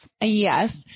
Yes